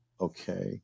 okay